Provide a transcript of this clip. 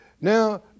Now